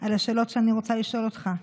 על השאלות שאני רוצה לשאול אותך.